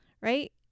right